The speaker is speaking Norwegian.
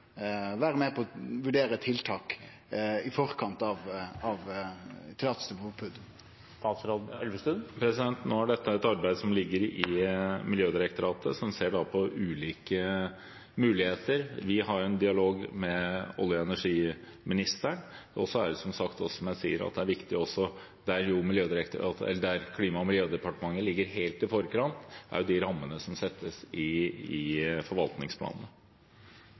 med operatørane, vil vere med på å vurdere tiltak i forkant av løyvet til PUD-en? Nå er dette et arbeid som ligger i Miljødirektoratet, som ser på ulike muligheter. Vi har en dialog med olje- og energiministeren. Og så er det, som jeg har sagt, viktig at Klima- og miljødepartementet ligger helt i forkant når rammene settes i forvaltningsplanen. For å følge opp det som nå var temaet: I